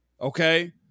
Okay